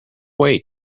way